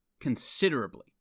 considerably